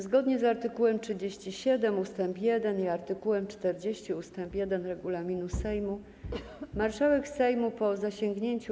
Zgodnie z art. 37 ust. 1 i art. 40 ust. 1 regulaminu Sejmu marszałek Sejmu po zasięgnięciu